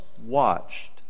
watched